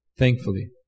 thankfully